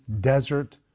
desert